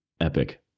Epic